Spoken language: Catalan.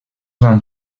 van